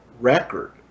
record